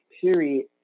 period